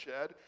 shed